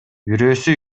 бирөөсү